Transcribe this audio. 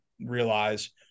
realize